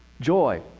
joy